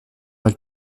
mal